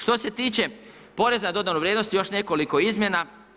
Što se tiče poreza na dodanu vrijednost još nekoliko izmjena.